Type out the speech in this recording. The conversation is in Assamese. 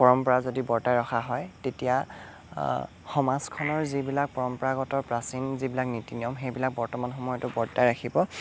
পৰম্পৰা যদি বৰ্তাই ৰখা হয় তেতিয়া সমাজখনৰ যিবিলাক পৰম্পৰাগত প্ৰাচীন যিবিলাক নীতি নিয়ম সেইবিলাক বৰ্তমান সময়তো বৰ্তাই ৰাখিব